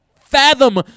fathom